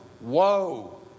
woe